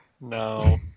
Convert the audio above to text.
No